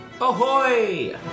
ahoy